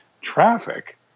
traffic